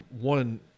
one